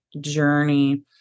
journey